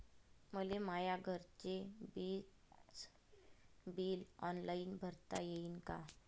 मले माया घरचे विज बिल ऑनलाईन भरता येईन का?